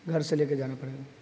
گھر سے لے کے جانا پڑے گا